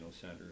center